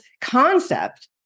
concept